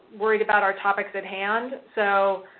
worried about our topics at hand. so,